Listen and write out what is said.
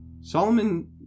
Solomon